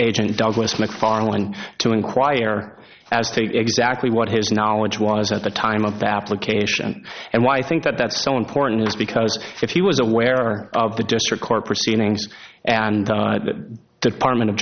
agent douglas macfarlane to inquire as to exactly what his knowledge was at the time of the application and why i think that's so important is because if he was aware of the district court proceedings and the department of